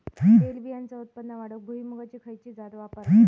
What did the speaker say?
तेलबियांचा उत्पन्न वाढवूक भुईमूगाची खयची जात वापरतत?